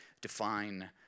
define